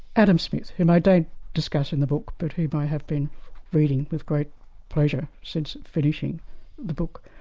adam smith, whom i don't discuss in the book, but whom i have been reading with great pleasure since finishing the book.